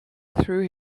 through